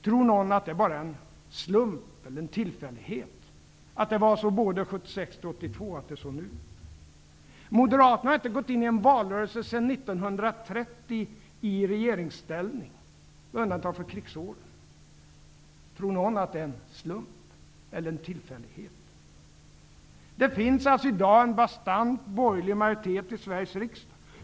Tror någon att det bara är en slump eller en tillfällighet att det nu är som det var 1976--1982? Moderaterna har inte gått in i en valrörelse i regeringsställning sedan 1930, med undantag för krigsåren. Tror någon att det är en slump eller en tillfällighet? Det finns i dag en bastant borgerlig majoritet i Sveriges riksdag.